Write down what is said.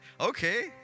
okay